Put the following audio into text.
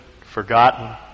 forgotten